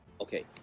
Okay